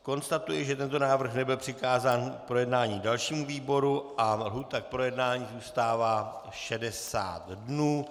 Konstatuji, že tento návrh nebyl přikázán k projednání dalšímu výboru a lhůta k projednání zůstává 60 dnů.